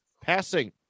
Passing